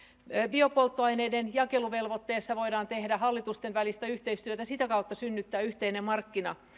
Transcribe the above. biopolttoaineiden jakeluvelvoitteessa voidaan tehdä hallitusten välistä yhteistyötä ja sitä kautta synnyttää yhteinen markkina